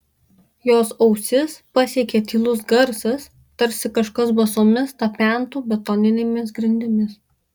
jos ausis pasiekė tylus garsas tarsi kažkas basomis tapentų betoninėmis grindimis